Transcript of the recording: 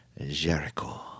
Jericho